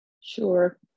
Sure